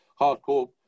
hardcore